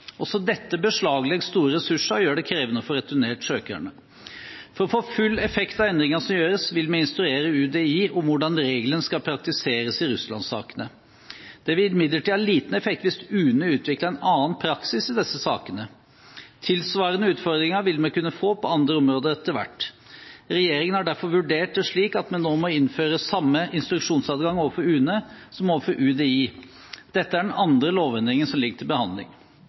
Også dette beslaglegger store ressurser og gjør det krevende å få returnert søkerne. For å få full effekt av endringene som gjøres, vil vi instruere UDI om hvordan reglene skal praktiseres i Russland-sakene. Det vil imidlertid ha liten effekt hvis UNE utvikler en annen praksis i disse sakene. Tilsvarende utfordringer vil vi kunne få på andre områder etter hvert. Regjeringen har derfor vurdert det slik at vi nå må innføre samme instruksjonsadgang overfor UNE som overfor UDI. Dette er den andre lovendringen som ligger til behandling.